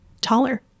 Taller